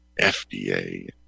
FDA